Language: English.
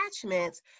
attachments